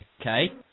okay